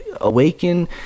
awaken